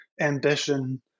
ambition